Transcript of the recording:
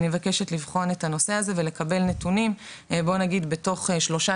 אני מבקשת לבחון את הנושא הזה ולקבל נתונים בתוך שלושה